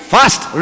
First